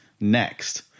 next